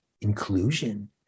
inclusion